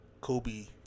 Kobe